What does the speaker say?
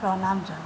প্ৰণাম জনাওঁ